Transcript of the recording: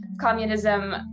Communism